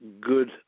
good